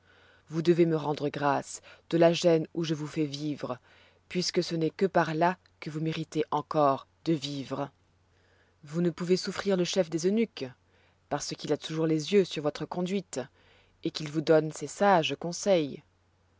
vous devez me rendre grâce de la gêne où je vous fais vivre puisque ce n'est que par là que vous méritez encore de vivre vous ne pouvez souffrir le chef des eunuques parce qu'il a toujours les yeux sur votre conduite et qu'il vous donne ses sages conseils